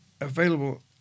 available